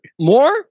More